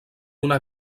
una